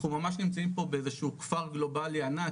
אנחנו ממש נמצאים פה באיזשהו כפר גלובלי ענק,